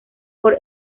por